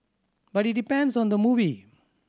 but it depends on the movie